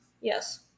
yes